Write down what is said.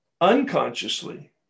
unconsciously